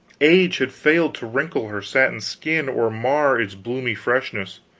age had failed to wrinkle her satin skin or mar its bloomy freshness.